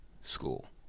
school